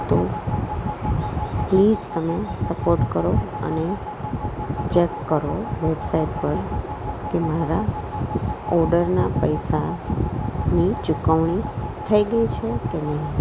તો પ્લીસ તમે સપોટ કરો અને ચેક કરો વેબસાઈડ પર કે મારા ઓડરના પૈસાની ચૂકવણી થઈ ગઈ છે કે નહીં